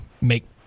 make